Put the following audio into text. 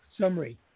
summary